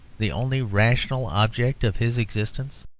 the only rational object of his existence.